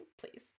please